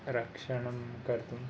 रक्षणं कर्तुम्